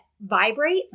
vibrates